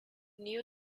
new